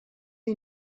you